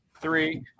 three